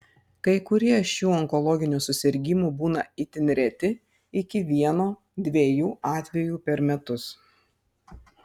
kai kurie šių onkologinių susirgimų būna itin reti iki vieno dviejų atvejų per metus